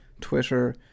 Twitter